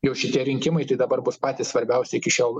jau šitie rinkimai tai dabar bus patys svarbiausi iki šiol